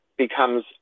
becomes